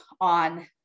on